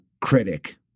critic